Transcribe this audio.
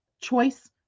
choice